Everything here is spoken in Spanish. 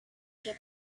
que